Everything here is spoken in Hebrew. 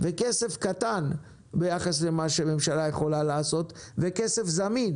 וכסף קטן ביחס למה שהממשלה יכולה לעשות וכסף זמין